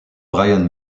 brian